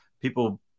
people